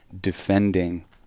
defending